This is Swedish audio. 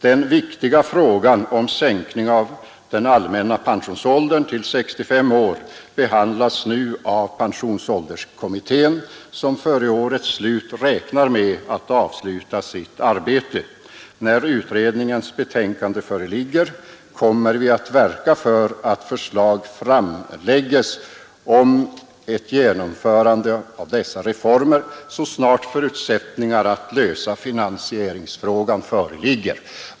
Den viktiga frågan om sänkning av den allmänna pensionsåldern till 65 år behandlas nu av pensionsålderskommittén, som före årets slut räknar med att avsluta sitt arbete. När utredningens betänkande föreligger kommer vi att verka för att förslag framlägges om ett genomförande av dessa reformer så snart förutsättningar att lösa finansieringsfrågan föreligger.